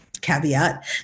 caveat